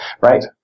Right